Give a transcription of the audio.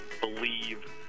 believe